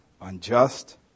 unjust